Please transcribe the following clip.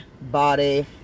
body